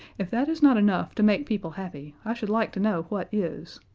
if that is not enough to make people happy, i should like to know what is.